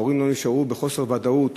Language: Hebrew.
וההורים לא נשארו בחוסר ודאות.